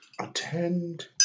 Attend